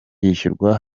yishyurwa